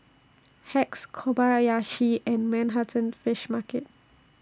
Hacks Kobayashi and Manhattan Fish Market